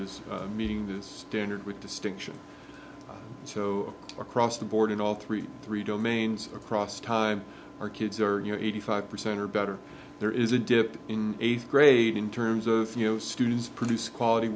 is meeting this standard with distinction so across the board in all three three domains across time our kids are you know eighty five percent or better there is a dip in eighth grade in terms of you know students produce quality